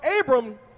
Abram